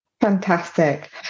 Fantastic